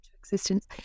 existence